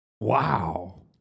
Wow